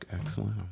Excellent